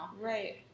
Right